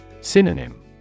Synonym